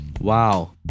Wow